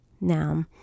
Now